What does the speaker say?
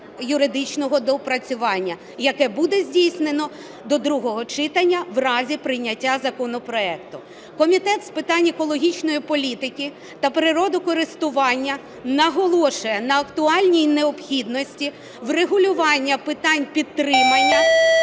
техніко-юридичного доопрацювання, яке буде здійснено до другого читання в разі прийняття законопроекту. Комітет з питань екологічної політики та природокористування наголошує на актуальній необхідності врегулювання питань підтримання